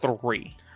three